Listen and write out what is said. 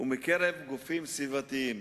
ומקרב גופים סביבתיים.